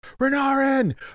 Renarin